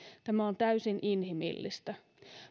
tämä on täysin inhimillistä